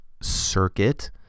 circuit